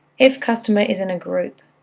if customer is in a group,